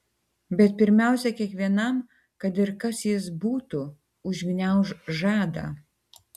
bet pirmiausia kiekvienam kad ir kas jis būtų užgniauš žadą